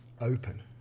open